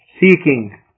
seeking